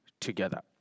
together